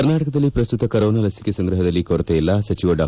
ಕರ್ನಾಟಕದಲ್ಲಿ ಪ್ರಸ್ತುತ ಕೊರೋನಾ ಲಸಿಕೆ ಸಂಗ್ರಹದಲ್ಲಿ ಕೊರತೆಯಿಲ್ಲ ಸಚಿವ ಡಾ